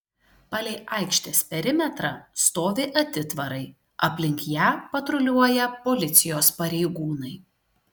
palei aikštės perimetrą stovi atitvarai aplink ją patruliuoja policijos pareigūnai